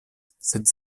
sed